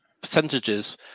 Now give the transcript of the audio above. percentages